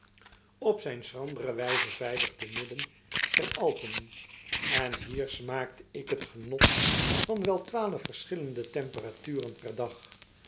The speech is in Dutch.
op zijn schrandere wijze veilig te midden deialpen en hier smaakte ik t genot van wel twaalf verschillende temperaturen per dag